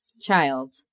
child